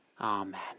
Amen